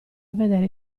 vedere